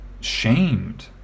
shamed